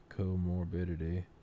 comorbidity